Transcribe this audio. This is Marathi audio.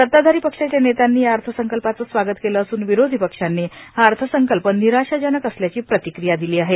सत्ताधारी पक्षाच्या नेत्यांनी या अर्थसंकल्पाच स्वागत केल असून विरोधी पक्षांनी हा अर्थसंकल्प निराशाजनक असल्याची प्रतिक्रिया दिनी आहे